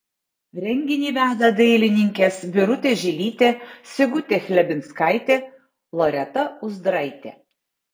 renginį veda dailininkės birutė žilytė sigutė chlebinskaitė loreta uzdraitė